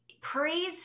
praise